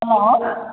हँ